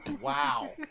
Wow